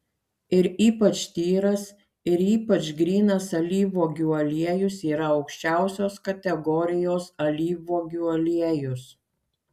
ir ypač tyras ir ypač grynas alyvuogių aliejus yra aukščiausios kategorijos alyvuogių aliejus